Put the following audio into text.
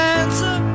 answer